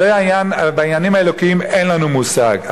בעניינים האלוקיים אין לנו מושג,